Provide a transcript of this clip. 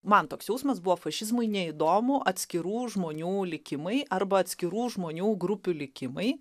man toks jausmas buvo fašizmui neįdomu atskirų žmonių likimai arba atskirų žmonių grupių likimai